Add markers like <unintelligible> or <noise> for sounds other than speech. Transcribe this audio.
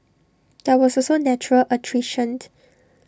there was also natural attrition <unintelligible>